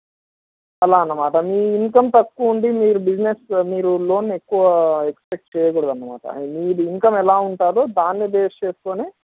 అలా అన్నమాట మీ ఇన్కమ్ తక్కువుండి మీరు బిజినెస్ మీరు లోన్ ఎక్కువ ఎక్స్పెక్ట్ చెయ్యకూడదన్నమాట మీకు ఇన్కమ్ ఎలా ఉంటుందో దాన్ని బేస్ చేసుకుని